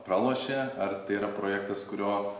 pralošė ar tai yra projektas kurio